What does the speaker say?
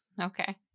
Okay